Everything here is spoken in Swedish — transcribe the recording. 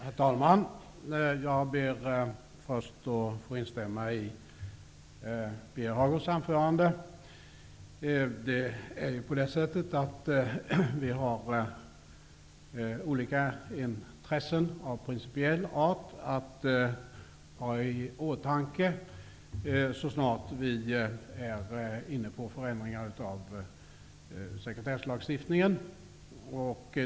Herr talman! Jag ber att först få instämma i Birger Hagårds anförande. Vi har olika intressen av principiell art att ha i åtanke så snart vi är inne på förändringar av sekretesslagstiftningen.